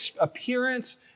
appearance